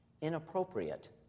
inappropriate